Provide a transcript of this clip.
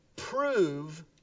prove